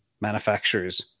manufacturers